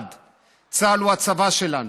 צה"ל הוא הצבא שלנו.